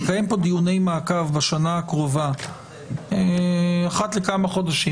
לקיים פה דיוני מעקב בשנה הקרובה אחת לכמה חודשים,